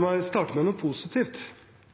meg starte med noe positivt: Vi er